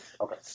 Okay